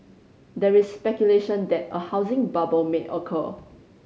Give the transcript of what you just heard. there is speculation that a housing bubble may occur